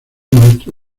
maestro